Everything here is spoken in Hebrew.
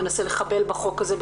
מנסה לחבל בחוק הזה,